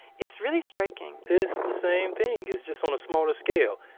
it's really striking it's the same thing. it's just on a smaller scale.